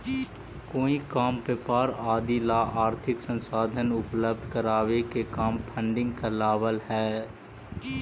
कोई काम व्यापार आदि ला आर्थिक संसाधन उपलब्ध करावे के काम फंडिंग कहलावऽ हई